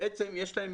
בעצם יש להם